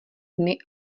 dny